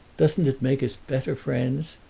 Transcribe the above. doesn't it make us better friends?